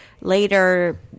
later